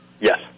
Yes